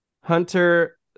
Hunter